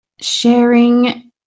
sharing